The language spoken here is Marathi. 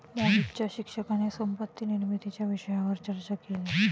मोहितच्या शिक्षकाने संपत्ती निर्मितीच्या विषयावर चर्चा केली